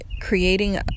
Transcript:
creating